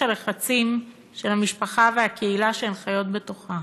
הלחצים של המשפחה והקהילה שהן חיות בתוכה.